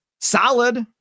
solid